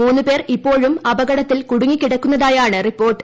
മൂന്ന് പേർ ഇപ്പോഴും അപകടത്തിൽ കുടുങ്ങിക്കിടക്കുന്നതായാണ് റിപ്പോർട്ട്